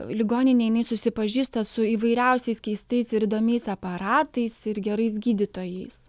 ligoninėj jinai susipažįsta su įvairiausiais keistais ir įdomiais aparatais ir gerais gydytojais